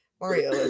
mario